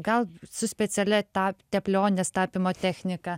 gal su specialia ta teplionės tapymo technika